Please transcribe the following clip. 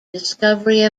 discovery